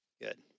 Good